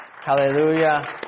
Hallelujah